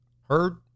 heard